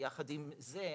יחד עם זאת,